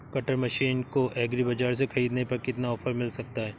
Cutter machine को agri बाजार से ख़रीदने पर कितना ऑफर मिल सकता है?